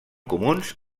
comuns